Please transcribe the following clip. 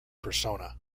persona